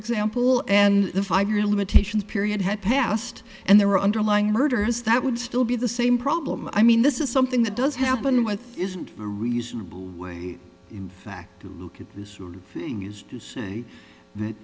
example and the five year limitations period had passed and there are underlying murders that would still be the same problem i mean this is something that does happen with isn't a reasonable way in fact to look at this sort of thing is to say that